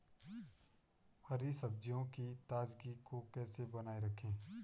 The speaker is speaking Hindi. हरी सब्जियों की ताजगी को कैसे बनाये रखें?